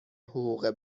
حقوق